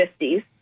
50s